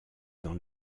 dans